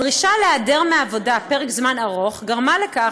הדרישה להיעדר מהעבודה פרק זמן ארוך גרמה לכך